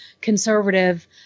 conservative